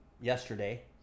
yesterday